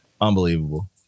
Unbelievable